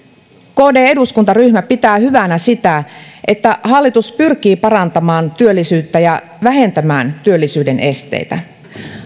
kdn eduskuntaryhmä pitää hyvänä sitä että hallitus pyrkii parantamaan työllisyyttä ja vähentämään työllisyyden esteitä